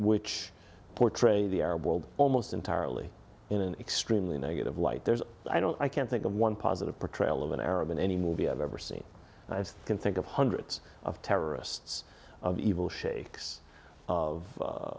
which portray the arab world almost entirely in an extremely negative light there's i don't i can't think of one positive portrayal of an arab in any movie ever see i can think of hundreds of terrorists evil shakes of